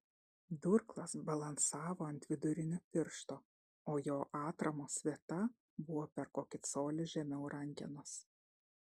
durklas balansavo ant vidurinio piršto o jo atramos vieta buvo per kokį colį žemiau rankenos